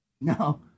No